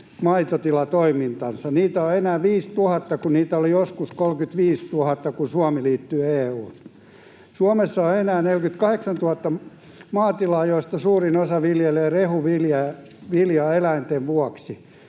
maitotila toimintansa. Niitä on enää 5 000, kun niitä oli joskus 35 000, kun Suomi liittyi EU:hun. Suomessa on enää 48 000 maatilaa, joista suurin osa viljelee rehuviljaa eläinten vuoksi.